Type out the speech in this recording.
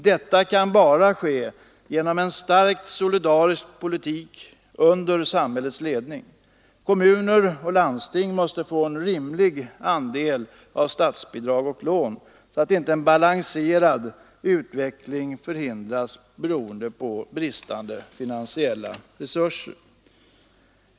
Detta kan bara ske genom en stark solidarisk politik under samhällets ledning. Kommuner och landsting måste få en rimlig andel av statsbidrag och lån, så att inte en balanserad utveckling förhindras beroende på bristande finansiella resurser.